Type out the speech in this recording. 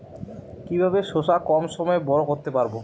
কিভাবে শশা কম সময়ে বড় করতে পারব?